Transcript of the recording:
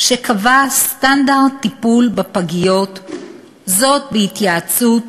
שקבע סטנדרט טיפול בפגיות, בהתייעצות